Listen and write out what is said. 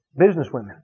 businesswomen